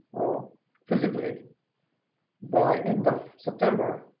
physically by end of september,